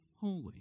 holy